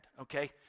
okay